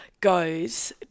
goes